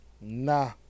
Nah